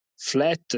flat